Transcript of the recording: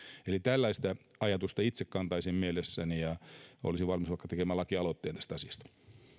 eli tällaista ajatusta itse kantaisin mielessäni ja olisin valmis vaikka tekemään lakialoitteen tästä asiasta